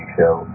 show